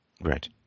right